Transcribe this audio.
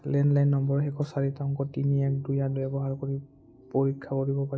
landline নম্বৰৰ শেষৰ চাৰিটা অংক তিনি এক দুই আঠ ব্যৱহাৰ কৰি পৰীক্ষা কৰিব পাৰিবনে